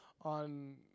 on